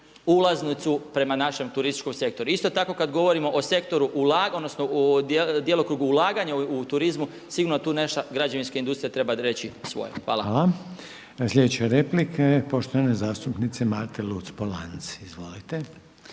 ulaznicu prema našem turističkom sektoru. Isto tako kada govorimo o sektoru, odnosno djelokrugu ulaganja u turizmu sigurno tu nešto građevinska industrija treba reći svoje. Hvala. **Reiner, Željko (HDZ)** Hvala. Sljedeća replika je poštovane zastupnice Marte luc-Polanc. Izvolite.